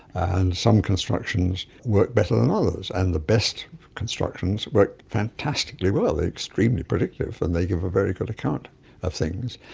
and some constructions work better than others, and the best constructions work fantastically well, they're extremely predictive and they give a very good account of things.